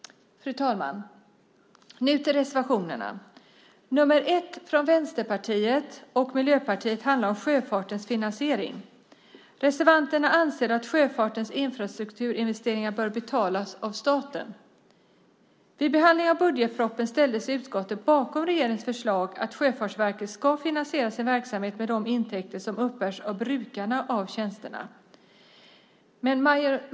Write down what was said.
Jag kommer nu till reservationerna. Reservation 1 från Vänsterpartiet och Miljöpartiet handlar om sjöfartens finansiering. Reservanterna anser att sjöfartens infrastrukturinvesteringar bör betalas av staten. Vid behandlingen av budgetpropositionen ställde sig utskottet bakom regeringens förslag, nämligen att Sjöfartsverket ska finansiera sin verksamhet med de intäkter som uppbärs av brukarna av tjänsterna.